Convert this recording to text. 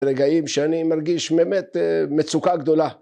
רגעים שאני מרגיש באמת מצוקה גדולה.